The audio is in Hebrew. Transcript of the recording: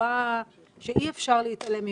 ובצורה שאי אפשר להתעלם ממנה.